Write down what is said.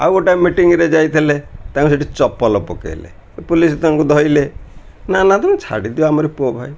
ଆଉ ଗୋଟେ ମିଟିଂରେ ଯାଇଥିଲେ ତାଙ୍କୁ ସେଇଠି ଚପଲ ପକାଇଲେ ପୋଲିସ୍ ତାଙ୍କୁ ଧଇଲେ ନା ନା ତୁମେ ଛାଡ଼ିଦିଅ ଆମର ପୁଅ ଭାଇ